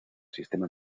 sistema